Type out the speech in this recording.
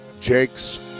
Jakes